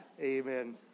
Amen